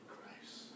Christ